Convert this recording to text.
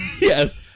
Yes